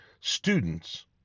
students